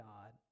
God